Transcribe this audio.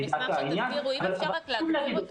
חשוב להגיד,